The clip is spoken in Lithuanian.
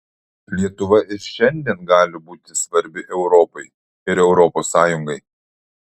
lietuva ir šiandien gali būti svarbi europai ir europos sąjungai